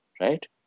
Right